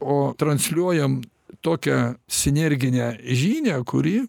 o transliuojam tokią sinerginę žinią kuri